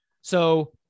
So-